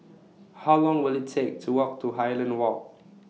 How Long Will IT Take to Walk to Highland Walk